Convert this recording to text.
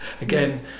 again